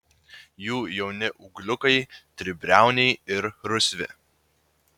jų jauni ūgliukai tribriauniai ir rusvi